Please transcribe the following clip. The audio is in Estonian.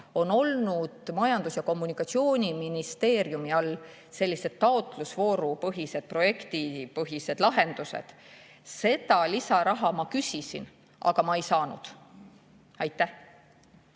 on olnud Majandus‑ ja Kommunikatsiooniministeeriumi all taotlusvoorupõhiseid, projektipõhiseid lahendusi. Seda lisaraha ma küsisin, aga ma ei saanud. Aitäh,